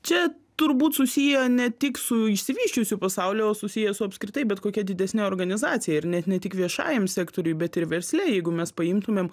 čia turbūt susiję ne tik su išsivysčiusiu pasauliu o susiję su apskritai bet kokia didesne organizacija ir net ne tik viešajam sektoriuj bet ir versle jeigu mes paimtumėm